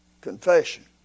confession